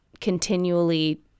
continually